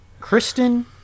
kristen